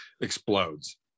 explodes